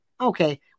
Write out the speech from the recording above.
Okay